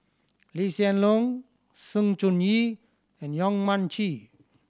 Lee Hsien Loong Sng Choon Yee and Yong Mun Chee